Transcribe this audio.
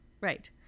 right